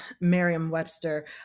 Merriam-Webster